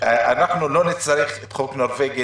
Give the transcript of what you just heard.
אנחנו לא נצטרך חוק נורווגי,